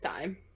time